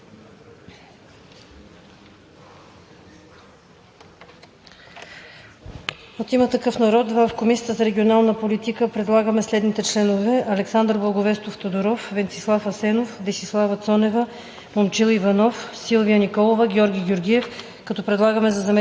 От „Има такъв народ“ в Комисията за регионална политика предлагаме следните членове: